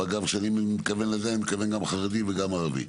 אני מתכוון גם חרדי וגם ערבי.